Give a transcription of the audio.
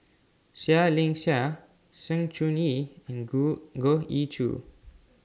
Seah Liang Seah Sng Choon Yee and Go Goh Ee Choo